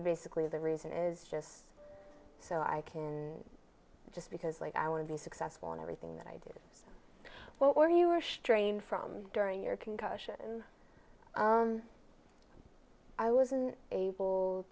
basically the reason is just so i can just because like i want to be successful in everything that i did well or you were strained from during your concussion i wasn't able